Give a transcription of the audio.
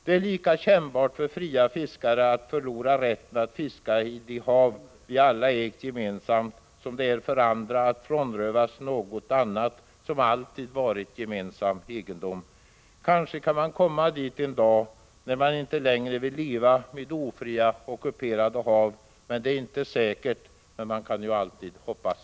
Det är lika kännbart för fria fiskare att förlora rätten att fiska i de hav vi alla ägt gemensamt som det är för andra att frånrövas något annat som alltid varit gemensam egendom. Kanske kan man komma dit en dag att man inte längre vill leva med ofria ockuperade hav. Det är inte säkert, men vi kan ju alltid hoppas.